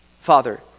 Father